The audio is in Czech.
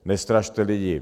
Nestrašte lidi!